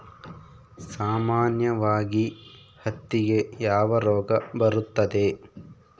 ಸಾಮಾನ್ಯವಾಗಿ ಹತ್ತಿಗೆ ಯಾವ ರೋಗ ಬರುತ್ತದೆ?